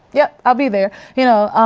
yeah ah be there. you know,